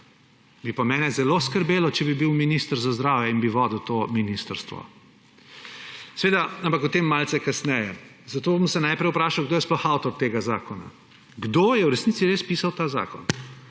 bi pa mene zelo skrbelo, če bi bil minister za zdravje in bi vodil to ministrstvo. Ampak o tem malce kasneje. Zato se bom najprej vprašal, kdo je sploh avtor tega zakona. Kdo je v resnici pisal ta zakon?